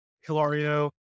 Hilario